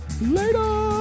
Later